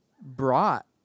brought